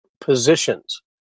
positions